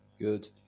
good